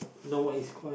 you know what is core